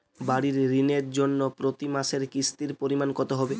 বাড়ীর ঋণের জন্য প্রতি মাসের কিস্তির পরিমাণ কত হবে?